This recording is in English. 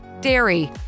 dairy